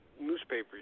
newspapers